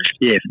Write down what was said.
Yes